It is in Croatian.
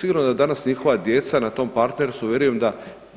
Sigurno da su danas njihova djeca na tom partnerstvu i vjerujem da